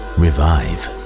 revive